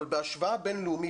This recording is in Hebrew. אבל בהשוואה בינלאומית,